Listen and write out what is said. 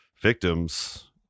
victims